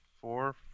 four